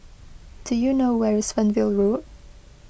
do you know where is Fernvale Road